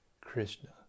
Krishna